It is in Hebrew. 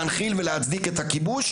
להנחיל ולהצדיק את הכיבוש,